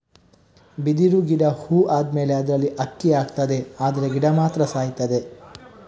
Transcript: ಬಿದಿರು ಗಿಡ ಹೂ ಆದ್ಮೇಲೆ ಅದ್ರಲ್ಲಿ ಅಕ್ಕಿ ಆಗ್ತದೆ ಆದ್ರೆ ಗಿಡ ಮಾತ್ರ ಸಾಯ್ತದೆ